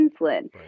insulin